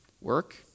work